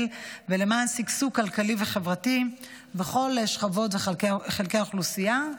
ולמען שגשוג כלכלי וחברתי בכל שכבות וחלקי האוכלוסייה.